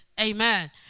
amen